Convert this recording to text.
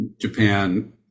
Japan